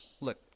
Look